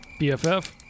BFF